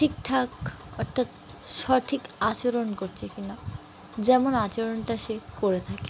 ঠিকঠাক অর্থাৎ সঠিক আচরণ করছে কি না যেমন আচরণটা সে করে থাকে